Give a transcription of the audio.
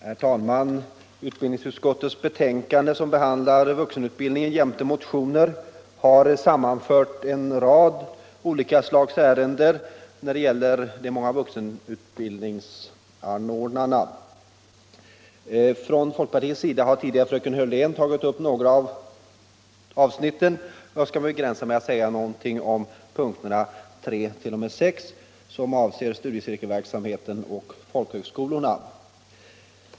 Herr talman! I utbildningsutskottets betänkande, som behandlar propositionen om vuxenutbildning jämte motioner, har sammanförts en rad olika slags ärenden rörande många områden. Från folkpartiets sida har fröken Hörlén tidigare behandlat några av avsnitten, och jag skall begränsa mig till att säga några ord om punkterna 3 t.o.m. 6, som avser studiecirkelverksamheten och folkhögskolorna.